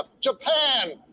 Japan